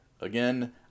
Again